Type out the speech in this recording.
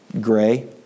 gray